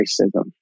racism